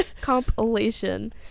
Compilation